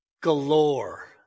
galore